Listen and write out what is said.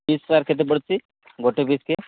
piece sir କେତେ ପଡ଼ୁଛି ଗୋଟେ ପିସ୍କି